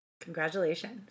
Congratulations